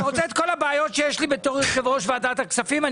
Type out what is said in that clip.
אתה רוצה את כל הבעיות שיש לי בתור יושב-ראש ועדת הכספים?